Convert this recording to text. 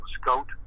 scout